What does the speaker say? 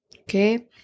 Okay